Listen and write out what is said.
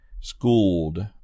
schooled